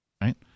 right